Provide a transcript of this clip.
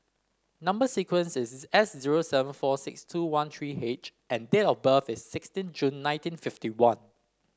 number sequence is S zero seven four six two one three H and date of birth is sixteen June nineteen fifty one